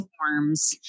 forms